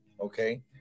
okay